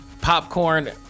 popcorn